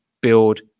build